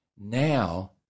Now